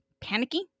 panicky